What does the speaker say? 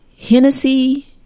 Hennessy